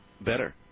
Better